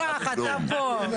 אני אקח, אתה פה.